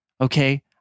Okay